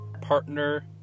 partner